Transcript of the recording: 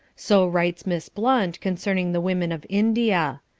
so writes miss blunt concerning the women of india.